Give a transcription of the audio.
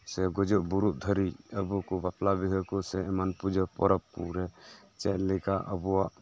ᱥᱮ ᱜᱩᱡᱩᱜ ᱵᱩᱨᱩᱜ ᱫᱷᱟᱨᱤᱡ ᱟᱵᱚ ᱠᱚ ᱵᱟᱯᱞᱟ ᱵᱤᱦᱟ ᱠᱚ ᱥᱮ ᱮᱢᱟᱱ ᱯᱩᱡᱟᱹ ᱯᱚᱨᱚᱵᱽ ᱠᱚᱨᱮ ᱪᱮᱜ ᱞᱮᱠᱟ ᱟᱵᱚᱣᱟᱜ